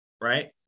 right